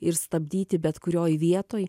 ir stabdyti bet kurioj vietoj